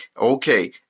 okay